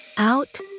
out